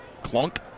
Clunk